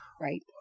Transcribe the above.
right